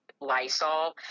Lysol